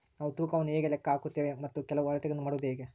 ನಾವು ತೂಕವನ್ನು ಹೇಗೆ ಲೆಕ್ಕ ಹಾಕುತ್ತೇವೆ ಮತ್ತು ಕೆಲವು ಅಳತೆಗಳನ್ನು ಮಾಡುವುದು ಹೇಗೆ?